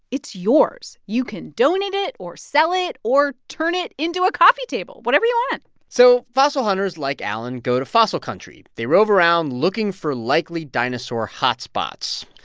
it's yours. you can donate it or sell it or turn it into a coffee table, whatever you want so fossil hunters like alan go to fossil country. they rove around looking for likely dinosaur hotspots.